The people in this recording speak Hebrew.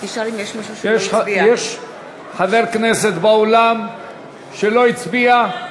יש חבר כנסת באולם שלא הצביע?